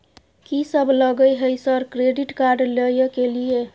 कि सब लगय हय सर क्रेडिट कार्ड लय के लिए?